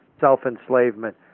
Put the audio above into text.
self-enslavement